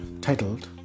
titled